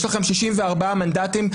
יש לכם 64 מנדטים,